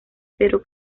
pero